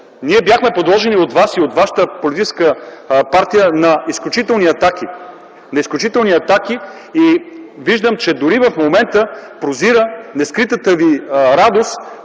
ние бяхме подложени от Вас и от вашата политическа партия на изключителни атаки. Виждам, че дори в момента прозира не скритата Ви радост